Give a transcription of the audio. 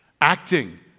acting